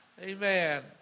Amen